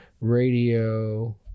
Radio